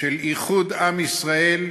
של איחוד עם ישראל,